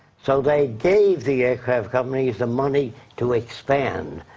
so they gave the aircraft companies the money to expand.